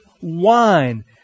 wine